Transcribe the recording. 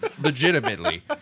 legitimately